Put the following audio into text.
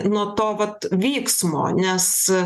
nuo to vat vyksmo nes